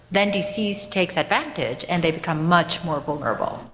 then disease takes advantage and they become much more vulnerable